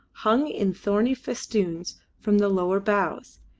hung in thorny festoons from the lower boughs,